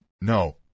no